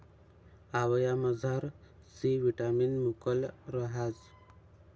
आवयामझार C vitamin मुकलं रहास